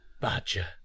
badger